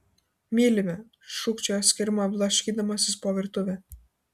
mylime šūkčiojo skirma blaškydamasis po virtuvę